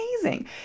amazing